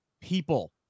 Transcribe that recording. people